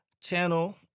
channel